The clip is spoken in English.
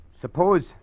Suppose